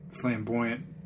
flamboyant